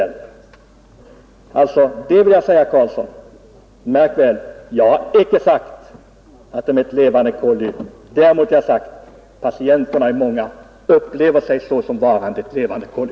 Jag vill alltså säga till herr Karlsson: Märk väl att jag icke har sagt att patienterna är levande kollin. Vad jag däremot har sagt är att många patienter upplever sig såsom varande ett levande kolli.